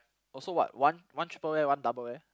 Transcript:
also what one one triple A one double A